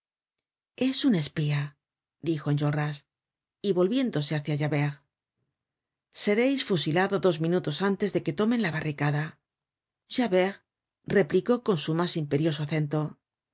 es un espía dijo enjolras y volviéndose hácia javert sereis fusilado dos minutos antes de que tomen la barricada javert replicó con su mas imperioso acento y